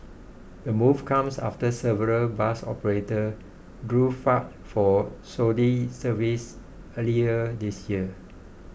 the move comes after several bus operators drew flak for shoddy services earlier this year